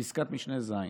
פסקת משנה (ז).